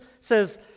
says